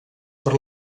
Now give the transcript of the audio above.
per